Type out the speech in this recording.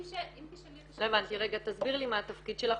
אם תשאלי אותי שאלות -- תסבירי לי מה התפקיד שלך,